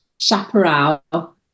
chaparral